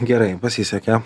gerai pasisekė